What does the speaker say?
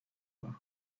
کنن